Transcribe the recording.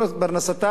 פרנסתם,